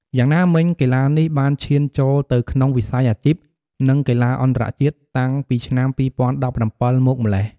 យ៉ាងណាមិញ កីឡានេះបានឈានចូលទៅក្នុងវិស័យអាជីព និងកីឡាអន្តរជាតិតាំងពីឆ្នាំ ២០១៧ មកម្លេះ។